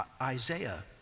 Isaiah